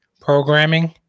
programming